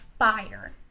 Fire